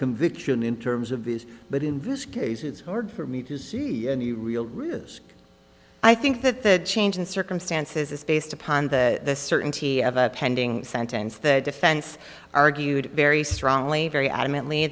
conviction in terms of this but in this case it's hard for me to see any real risk i think that that change in circumstances is based upon that the certainty of a pending sentence that defense argued very strongly very adamantly